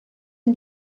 amb